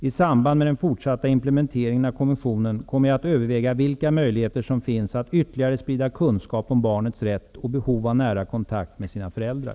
I samband med den fortsatta implementeringen av konventionen kommer jag att överväga vilka möjligheter som finns att ytterligare sprida kunskap om barnens rätt och behov av nära kontakt med sina föräldrar.